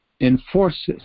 enforces